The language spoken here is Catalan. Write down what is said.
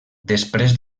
després